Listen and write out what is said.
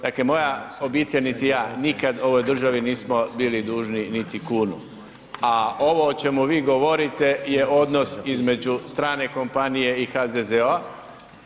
Dakle, moja obitelj niti ja nikad ovoj državi nismo bili dužni niti kunu, a ovo o čemu vi govorite je odnos između strane kompanije i HZZO-a.